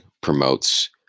promotes